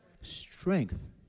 Strength